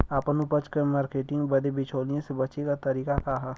आपन उपज क मार्केटिंग बदे बिचौलियों से बचे क तरीका का ह?